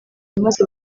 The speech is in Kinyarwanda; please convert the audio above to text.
maze